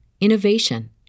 innovation